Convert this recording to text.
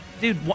Dude